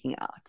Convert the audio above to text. out